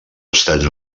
estats